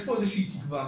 יש פה איזושהי תקווה.